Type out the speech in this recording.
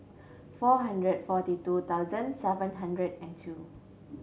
four hundred forty two thousand seven hundred and two